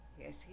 Yes